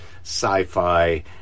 sci-fi